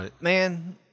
man